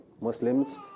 Muslims